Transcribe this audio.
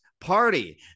party